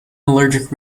allergic